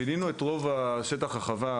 פינינו את שטח החווה,